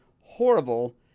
horrible